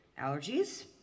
Allergies